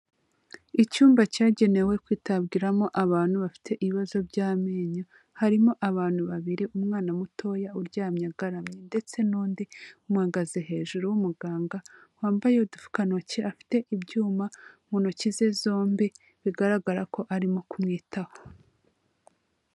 Icyumba cyagenewe kwitabwaramo abantu bafite ibibazo by'amenyo, harimo abantu babiri umwana mutoya uryamye agaramye ndetse n'undi umuhagaze hejuru y'umuganga wambaye udupfukantoki, afite ibyuma mu ntoki ze zombi bigaragara ko arimo kumwitaho.